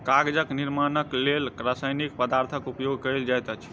कागजक निर्माणक लेल रासायनिक पदार्थक उपयोग कयल जाइत अछि